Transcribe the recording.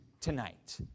tonight